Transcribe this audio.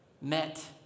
met